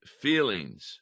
feelings